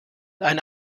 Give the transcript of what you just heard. ein